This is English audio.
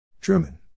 Truman